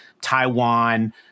Taiwan